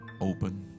open